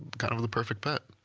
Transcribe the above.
kind of of, the perfect pet.